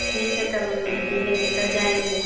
ठीक है तब हम दे लेंगे तब जाएँगे